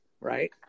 right